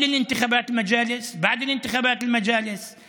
לפני הבחירות למועצות ולאחר הבחירות למועצות,